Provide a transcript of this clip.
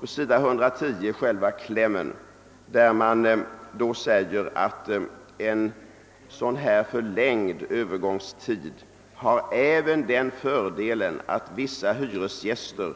På sidan 110 kommer själva klämmen, vari man förklarar att en förlängd övergångstid även har »den fördelen att vissa hyresgäster,